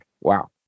wow